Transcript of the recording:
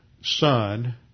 son